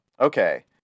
Okay